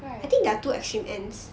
right